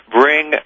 bring